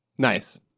Nice